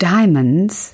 Diamonds